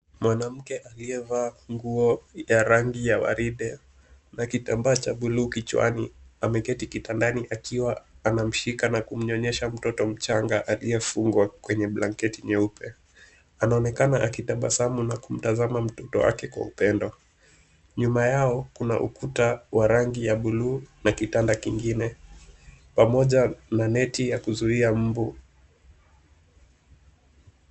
Mwanamke aliyevaa nguo ya rangi ya waridi na kitambaa cha buluu kichwani ameketi kitandani akiwa anamshika na kumnyonyesha mtoto mchanga aliyefungwa kwenye blanketi nyeupe. Anaonekana akitabasamu na kumtazama mtoto wake kwa upendo. Nyuma yao kuna ukuta wa rangi ya buluu na kitanda kingine pamoja na neti ya kuzuia mbu.